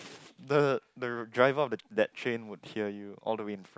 the the driver of that train would hear you all the way in front